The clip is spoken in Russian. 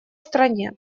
стране